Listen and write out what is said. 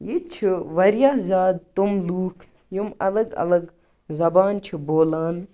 ییٚتہِ چھِ واریاہ زیادٕ تِم لُکھ یِم الگ اَلگ زبانہِ چھِ بولان